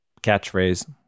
catchphrase